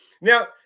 Now